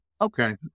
okay